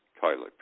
toilet